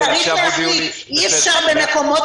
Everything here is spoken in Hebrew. עכשיו הודיעו לי --- אי אפשר במקומות